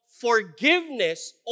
forgiveness